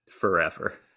Forever